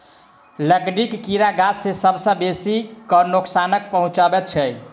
लकड़ीक कीड़ा गाछ के सभ सॅ बेसी क नोकसान पहुचाबैत छै